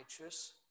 righteous